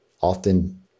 often